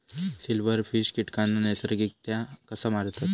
Silverfish कीटकांना नैसर्गिकरित्या कसा मारतत?